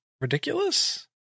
Ridiculous